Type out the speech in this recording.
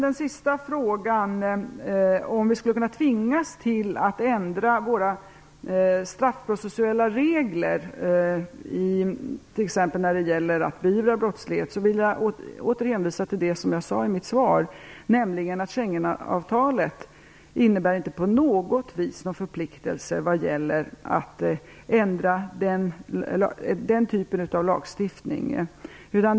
Den sista frågan gällde om vi skulle kunna tvingas att ändra våra straffprocessuella regler, t.ex. när det gäller att beivra brottslighet. Jag vill då åter hänvisa till det som jag sade i mitt svar, nämligen att Schengenavtalet inte innebär några förpliktelser att ändra den typen av lagstiftning.